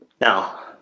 Now